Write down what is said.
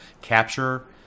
capture